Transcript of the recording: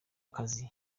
akazi